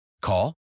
Call